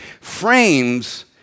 frames